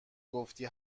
گفتی